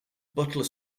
butler